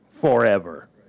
forever